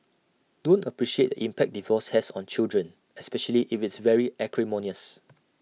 don't appreciate the impact divorce has on children especially if it's very acrimonious